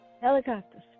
helicopters